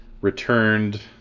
returned